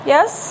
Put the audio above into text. Yes